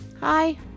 hi